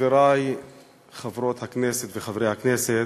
חברי חברות הכנסת וחברי הכנסת,